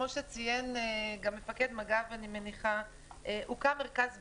כמו שציין גם מפקד מג"ב, הוקם מרכז בינה.